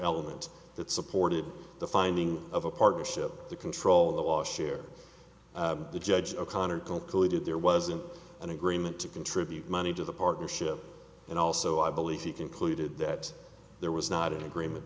element that supported the finding of a partnership to control the last year the judge o'connor concluded there wasn't an agreement to contribute money to the partnership and also i believe he concluded that there was not agreement